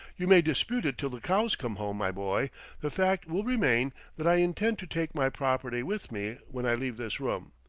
you may dispute it till the cows come home, my boy the fact will remain that i intend to take my property with me when i leave this room,